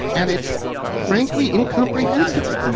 and it's frankly incomprehensible to